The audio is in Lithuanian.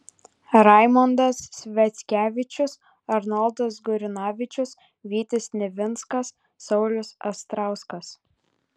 raimondas sviackevičius arnoldas gurinavičius vytis nivinskas saulius astrauskas